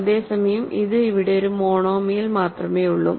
അതേസമയം ഇത് ഇവിടെ ഒരു മോണോമിയൽ മാത്രമേയുള്ളൂ